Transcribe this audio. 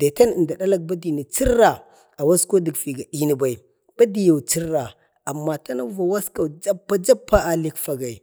daten əmda a dalak badina chirra awaskanu dək figadini bai, badi yau chirra. amma tonakau va waska jappa jappa alik fagai.